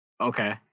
Okay